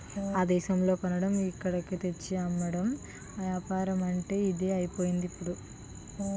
ఆ దేశంలో కొనడం ఇక్కడకు తెచ్చి అమ్మడం ఏపారమంటే ఇదే అయిపోయిందిప్పుడు